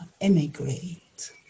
emigrate